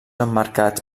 emmarcats